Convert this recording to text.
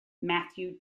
matthew